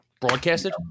broadcasted